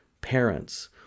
parents